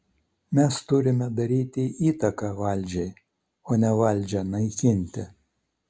mes turime daryti įtaką valdžiai o ne valdžią naikinti